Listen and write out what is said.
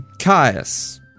Caius